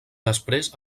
després